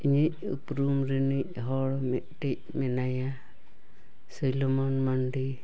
ᱤᱧᱤᱡ ᱩᱯᱨᱩᱢ ᱨᱤᱱᱤᱡ ᱦᱚᱲ ᱢᱤᱫᱴᱮᱱ ᱢᱮᱱᱟᱭᱟ ᱥᱩᱞᱮᱢᱚᱱ ᱢᱟᱱᱰᱤ